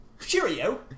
Cheerio